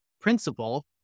principle